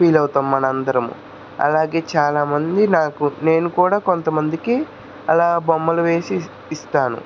feel అవుతాం మన అందరము అలాగే చాలామంది నాకు నేను కూడా కొంతమందికి అలా బొమ్మలు వేసి ఇస్తాను